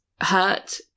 hurt